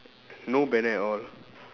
no banner at all